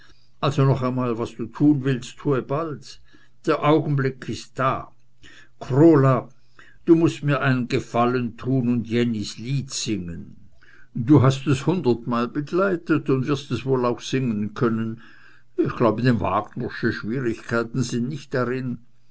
also noch einmal was du tun willst tue bald der augenblick ist da krola du mußt mir einen gefallen tun und jennys lied singen du hast es hundertmal begleitet und wirst es wohl auch singen können ich glaube wagnersche schwierigkeiten sind nicht drin